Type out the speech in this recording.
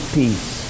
peace